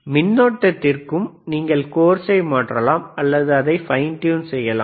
மின்னோட்டத்திற்கும் நீங்கள் கோர்ஸை மாற்றலாம் அல்லது அதை ஃபைன் ட்யூன் செய்யலாம்